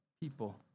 people